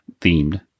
themed